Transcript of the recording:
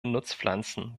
nutzpflanzen